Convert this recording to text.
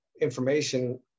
information